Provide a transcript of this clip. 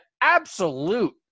absolute